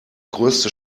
größte